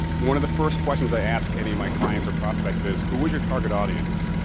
one of the first questions i ask any of my clients or prospects is who is your target audience?